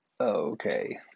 Okay